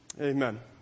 Amen